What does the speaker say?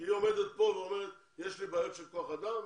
היא עומדת כאן ואומרת שיש לה בעיות של כוח אדם,